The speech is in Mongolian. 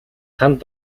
танд